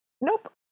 Nope